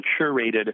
curated